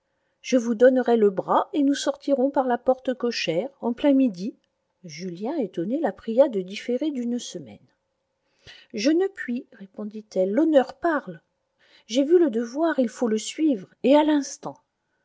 je vous donnerai le bras et nous sortirons par la porte cochère en plein midi julien étonné la pria de différer d'une semaine je ne puis répondit-elle l'honneur parle j'ai vu le devoir il faut le suivre et à l'instant